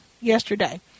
yesterday